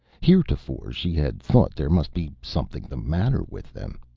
heretofore she had thought there must be something the matter with them.